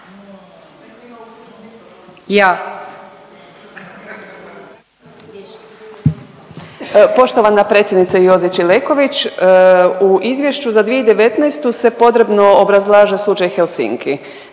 Poštovana predsjednice Jozić Ileković. U izvješću za 2019. se podrobno obrazlaže slučaj Helsinki,